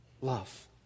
love